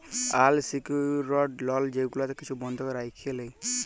আল secured লল যেগুলাতে কিছু বল্ধক রাইখে লেই